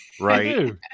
right